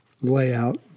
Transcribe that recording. layout